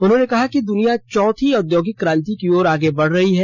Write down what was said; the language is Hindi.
उन्होंने कहा कि दुनिया चौथी औद्योगिक क्रांति की ओर आगे बढ़ रही है